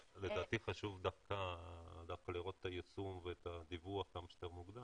לדעתי דווקא חשוב לראות את היישום ואת הדיווח כמה שיותר מוקדם.